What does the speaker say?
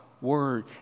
word